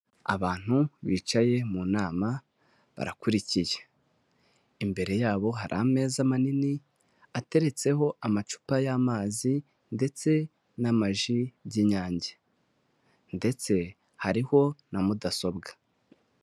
Abantu bicaye mu nama, barakurikiye. Imbere yabo hari ameza manini, ateretseho amacupa y'amazi ndetse n'amaji by'Inyange ndetse hariho na mudasobwa.